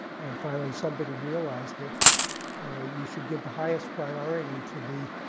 and finally, somebody realized that you should give the highest priority to the